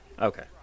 Okay